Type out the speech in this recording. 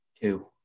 Two